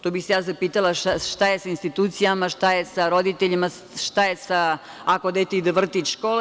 Tu bih se ja zapitala šta je sa institucijama, šta je sa roditeljima, šta je ako dete ide u vrtić, školu?